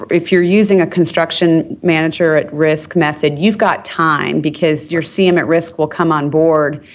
if you're using a construction manager at risk method, you've got time because your cm at risk will come on board.